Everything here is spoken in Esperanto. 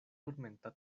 turmenta